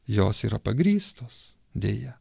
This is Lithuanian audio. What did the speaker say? jos yra pagrįstos deja